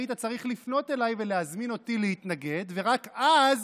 היית צריך לפנות אליי ולהזמין אותי להתנגד ורק אז